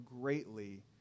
greatly